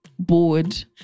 bored